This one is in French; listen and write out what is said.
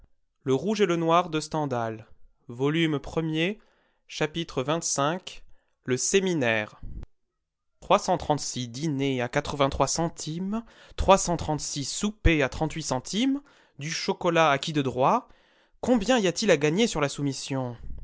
chapitre xxv le séminaire trois cent trente-six dîners à centimes trois cent trente-six soupers à centimes du chocolat à qui de droit combien y a-t-il à gagner sur la soumission